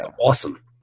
awesome